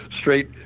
straight